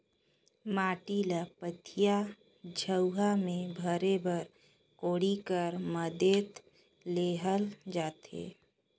माटी ल पथिया, झउहा मे भरे बर कोड़ी कर मदेत लेहल जाथे